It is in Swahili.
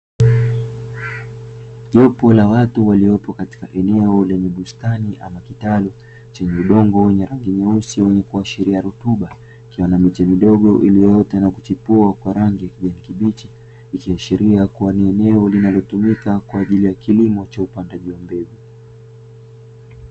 Jopo la watu waliopo katika eneo lenye bustani ama kitalu chenye udongo wenye rangi nyeusi wenye kuashiria rutuba, likiwa na miche midogo iliyoota na kuchipua kwa rangi ya kijani kibichi, likiashiria kuwa ni eneo linalotumika kwa ajili ya kilimo cha upandaji wa mbegu.